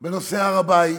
בנושא הר-הבית,